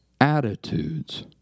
Attitudes